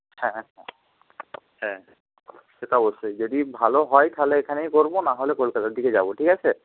হ্যাঁ হ্যাঁ হ্যাঁ সে তো অবশ্যই যদি ভালো হয় তাহলে এখানেই করব না হলে কলকাতার দিকে যাব ঠিক আছে